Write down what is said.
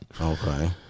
Okay